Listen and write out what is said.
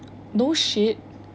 no shit